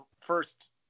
first